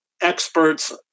experts